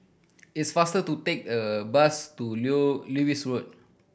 it's faster to take a bus to Lewis Road